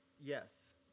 yes